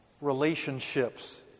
relationships